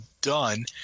done